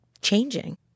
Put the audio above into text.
changing